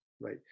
Right